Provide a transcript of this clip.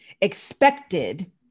expected